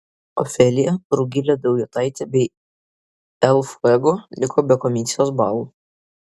ofelija rugilė daujotaitė bei el fuego liko be komisijos balų